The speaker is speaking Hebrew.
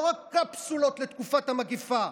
ולא רק קפסולות לתקופת המגפה,